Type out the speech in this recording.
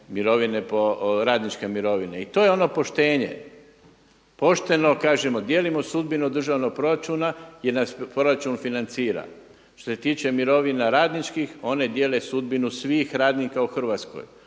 mirovine po, radničke mirovine. I to je ono poštenje, pošteno kažemo dijelimo sudbinu državnog proračuna jer nas proračun financira. Što se tiče mirovina radničkih one dijele sudbinu svih radnika u Hrvatskoj.